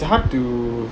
it's hard to